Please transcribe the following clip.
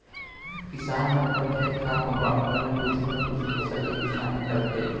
किसान मन अपन खेत खार म बारो महिना कुछु न कुछु फसल के किसानी करथे